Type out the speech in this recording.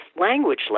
language